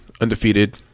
undefeated